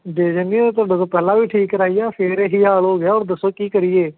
ਦੇ ਦਿੰਦੇ ਹਾਂ ਤੁਹਾਡੇ ਕੋਲੋਂ ਪਹਿਲਾਂ ਵੀ ਠੀਕ ਕਰਵਾਈ ਆ ਫਿਰ ਇਹ ਹੀ ਹਾਲ ਹੋ ਗਿਆ ਹੁਣ ਦੱਸੋ ਕੀ ਕਰੀਏ